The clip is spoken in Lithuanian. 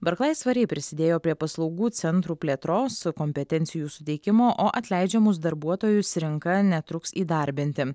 barklais svariai prisidėjo prie paslaugų centrų plėtros kompetencijų suteikimo o atleidžiamus darbuotojus rinka netruks įdarbinti